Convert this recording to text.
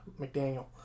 McDaniel